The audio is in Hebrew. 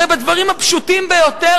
הרי בדברים הפשוטים ביותר,